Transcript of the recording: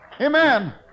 Amen